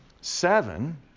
Seven